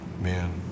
Man